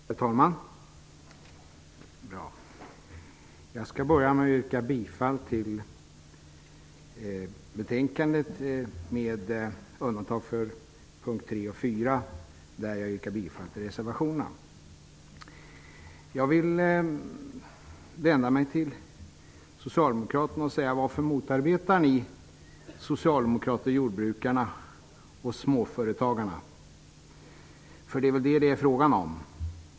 Herr talman! Jag skall börja med att yrka bifall till reservationerna 3 och 4 och i övrigt till utskottets hemställan. Jag vill vända mig till Socialdemokraterna och fråga: Varför motarbetar ni jordbrukarna och småföretagarna?